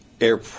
Air